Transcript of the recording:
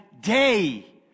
day